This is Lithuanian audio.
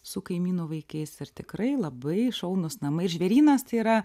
su kaimynų vaikais ir tikrai labai šaunūs namai ir žvėrynas tai yra